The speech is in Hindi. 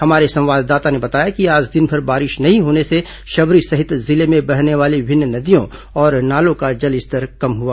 हमारे संवाददाता ने बताया कि आज दिनभर बारिश नहीं होने से शबरी सहित जिले से बहने वाली विभिन्न नदियों और नालों का जलस्तर कम हुआ